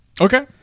Okay